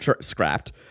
scrapped